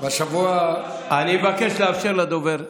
אני מבקש לאפשר לדובר.